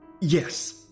Yes